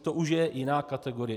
To už je jiná kategorie.